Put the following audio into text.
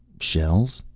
shells?